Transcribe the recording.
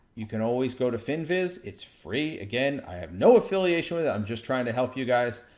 you can always go to finviz, it's free. again, i have no affiliation with it. i'm just trying to help you guys.